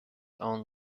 own